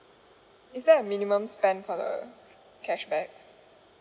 is there a minimum spend per cashback